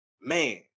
man